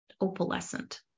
opalescent